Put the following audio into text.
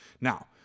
Now